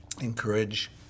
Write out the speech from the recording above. encourage